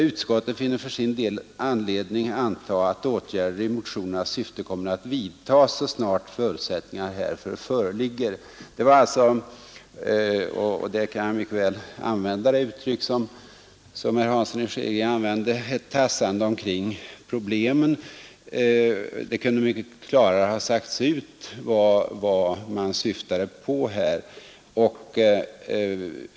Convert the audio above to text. Utskottet finner för sin del anledning anta att åtgärder i motionernas syfte kommer att vidtas så snart förutsättningar härför föreligger.” Detta är — här kan jag mycket väl begagna det uttryck som herr Hansson i Skegrie använde — ett tassande omkring problemen. Det kunde mycket klarare ha sagts ut vad man syftade på.